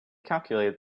calculated